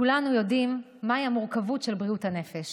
כולנו יודעים מהי המורכבות של בריאות הנפש.